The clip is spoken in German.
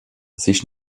sich